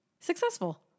successful